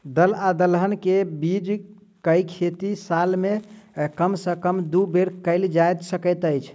दल या दलहन केँ के बीज केँ खेती साल मे कम सँ कम दु बेर कैल जाय सकैत अछि?